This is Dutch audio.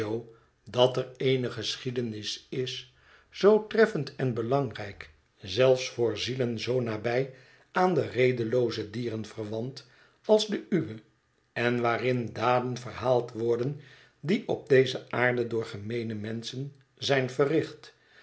dat er eene geschiedenis is zoo treffend en belangrijk zelfs voor zielen zoo nabij aan de redelooze dieren verwant als de uwe en waarin daden verhaald worden die op deze aarde door gemeene menschen zijn verricht